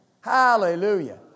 hallelujah